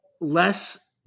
less –